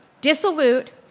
dissolute